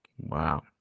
Wow